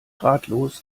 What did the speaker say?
ratlos